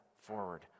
forward